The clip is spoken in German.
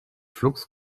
flux